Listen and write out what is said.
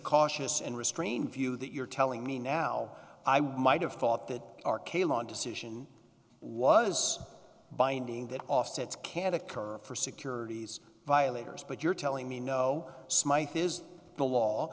cautious and restrained view that you're telling me now i was might have thought that r k on decision was binding that offsets can occur for securities violators but you're telling me no